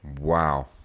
wow